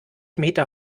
meter